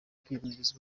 kwimenyereza